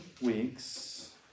weeks